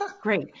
Great